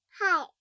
Hi